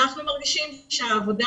אנחנו מרגישים שהעבודה